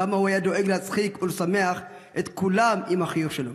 כמה הוא היה דואג להצחיק ולשמח את כולם עם החיוך שלו.